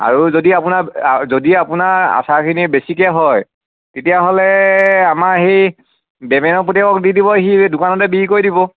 আৰু যদি আপোনাৰ যদি আপোনাৰ আচাৰখিনি বেছিকৈ হয় তেতিয়াহ'লে আমাৰ এই দেবেনৰ পুতেকক দি দিব সি এই দোকানতে বিক্ৰী কৰি দিব